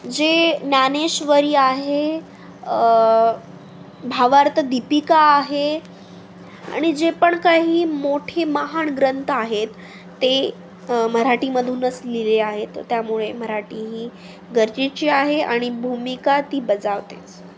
जे ज्ञानेश्वरी आहे भावार्थ दीपिका आहे आणि जे पण काही मोठी महान ग्रंथ आहेत ते मराठीमधूनच लिहिले आहेत त्यामुळे मराठी ही गरजेची आहे आणि भूमिका ती बजावतेच